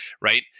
right